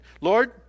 Lord